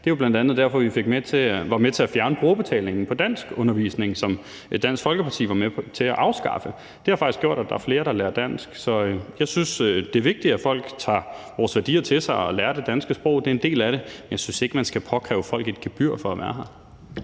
bl.a. derfor, vi var med til at fjerne brugerbetalingen på danskundervisning, som Dansk Folkeparti var med til at pålægge. Det har faktisk gjort, at der er flere, der lærer dansk. Jeg synes, det er vigtigt, at folk tager vores værdier til sig og lærer det danske sprog – det er en del af det. Men jeg synes ikke, man skal opkræve folk et gebyr for at være her.